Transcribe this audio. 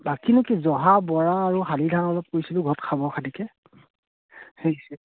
বাকীনো কি জহা বৰা আৰু শালি ধান অলপ কৰিছিলোঁ ঘৰত খাব খাতিকে সেইছে